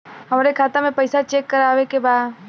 हमरे खाता मे पैसा चेक करवावे के बा?